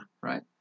Right